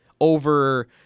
over